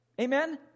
amen